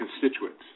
constituents